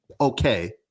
okay